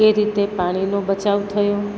એ રીતે પાણીનો બચાવ થયો